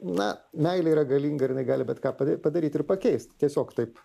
na meilė yra galinga ir jinai gali bet ką padaryt ir pakeist tiesiog taip